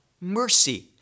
mercy